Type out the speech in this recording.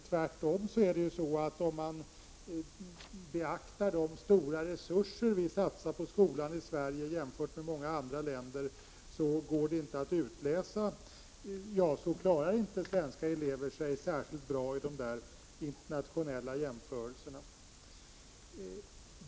Tvärtom är det ju så, att om man beaktar de stora resurser som vi satsar på skolan här i Sverige jämfört med många andra länder, så finner man att svenska barn inte klarar sig så särskilt bra i de där internationella jämförelserna.